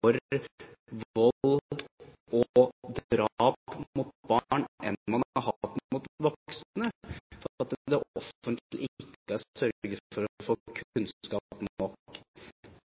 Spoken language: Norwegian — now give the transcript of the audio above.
vold og drap mot barn enn man har hatt mot voksne, at det offentlige ikke har sørget for å få kunnskap nok.